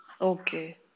Okay